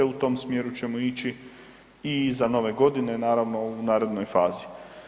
U tom smjeru ćemo ići i iza Nove Godine, naravno u narednoj fazi.